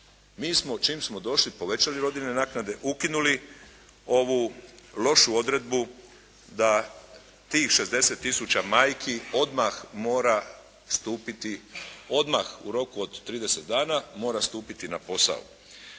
Mi smo čim smo došli povećali rodiljne naknade, ukinuli ovu lošu odredbu da tih 60 tisuća majki odmah mora stupiti, odmah u roku od trideset dana mora stupiti na posao.